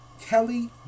Kelly